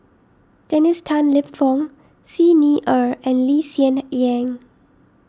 Dennis Tan Lip Fong Xi Ni Er and Lee Hsien Yang